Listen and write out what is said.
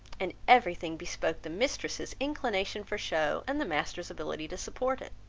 and every thing bespoke the mistress's inclination for show, and the master's ability to support it.